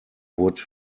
would